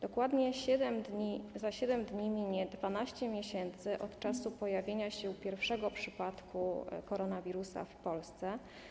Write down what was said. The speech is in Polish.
Dokładnie za 7 dni minie 12 miesięcy od czasu pojawienia się pierwszego przypadku koronawirusa w Polsce.